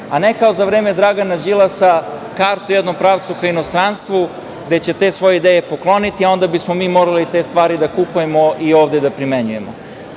a ne kao za vreme Dragana Đilasa kartu u jednom pravcu ka inostranstvu, gde će te svoje ideje pokloniti, a onda bismo mi morali te stvari da kupujemo i ovde da primenjujemo. Tako